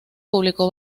publicó